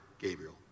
Gabriel